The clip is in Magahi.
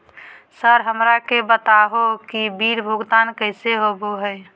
सर हमरा के बता हो कि बिल भुगतान कैसे होबो है?